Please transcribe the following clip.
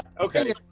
okay